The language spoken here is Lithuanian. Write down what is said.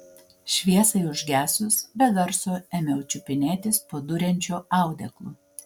šviesai užgesus be garso ėmiau čiupinėtis po duriančiu audeklu